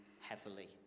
heavily